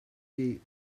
gate